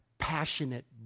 passionate